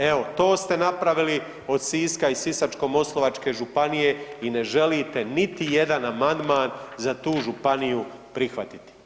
Evo to ste napravili od Siska i Sisačko-moslavačke županije i ne želite niti jedan amandman za tu županiju prihvatiti.